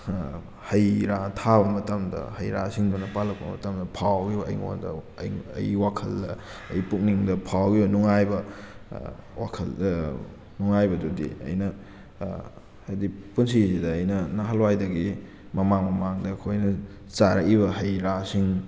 ꯍꯩꯔꯥ ꯊꯥꯕ ꯃꯇꯝꯗ ꯍꯩꯔꯥꯁꯤꯡꯗꯨꯅ ꯄꯥꯜꯂꯛꯄ ꯃꯇꯝꯗ ꯐꯥꯎꯔꯤꯕ ꯑꯩꯉꯣꯟꯗ ꯑꯩ ꯑꯩꯒꯤ ꯋꯥꯈꯜꯗ ꯑꯩꯒꯤ ꯄꯨꯛꯅꯤꯡꯗ ꯐꯥꯎꯔꯤꯕ ꯅꯨꯡꯉꯥꯏꯕ ꯋꯥꯈꯜꯗ ꯅꯨꯡꯉꯥꯏꯕꯗꯨꯗꯤ ꯑꯩꯅ ꯍꯥꯏꯗꯤ ꯄꯨꯟꯁꯤꯁꯤꯗ ꯑꯩꯅ ꯅꯍꯥꯟꯋꯥꯏꯗꯒꯤ ꯃꯃꯥꯡ ꯃꯃꯥꯡꯗ ꯑꯩꯈꯣꯏꯅ ꯆꯥꯔꯛꯏ ꯍꯩ ꯔꯥꯁꯤꯡ